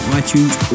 iTunes